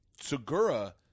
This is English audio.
Segura